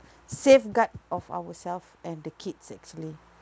safeguard of ourselves and the kids actually